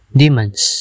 demons